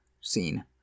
scene